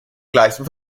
gleichen